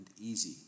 easy